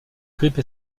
grippe